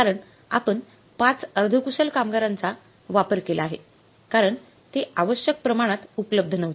कारण आपण 5 अर्धकुशल कामगारांचा वापर केला आहे कारण ते आवश्यक प्रमाणात उपलब्ध नव्हते